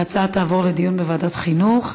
ההצעה תעבור לדיון בוועדת חינוך.